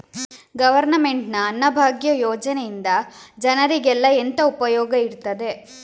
Government ನ ಅನ್ನಭಾಗ್ಯ ಯೋಜನೆಯಿಂದ ಜನರಿಗೆಲ್ಲ ಎಂತ ಉಪಯೋಗ ಇರ್ತದೆ?